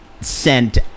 sent